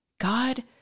God